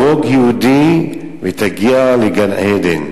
הרוג יהודי ותגיע לגן-עדן.